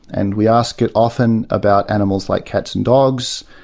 and we ask it often about animals like cats and dogs,